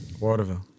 Waterville